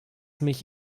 mich